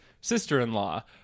sister-in-law